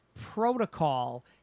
protocol